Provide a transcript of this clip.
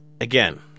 Again